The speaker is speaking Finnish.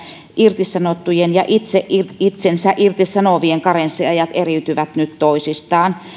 irtisanottujen ja itse itsensä irtisanovien karenssiajat eriytyvät nyt toisistaan